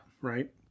Right